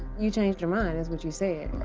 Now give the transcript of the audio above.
you changed your mind, is what you said.